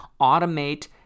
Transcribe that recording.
automate